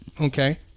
Okay